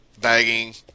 bagging